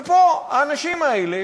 ופה האנשים האלה,